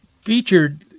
featured